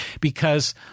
because-